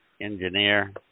engineer –